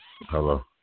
Hello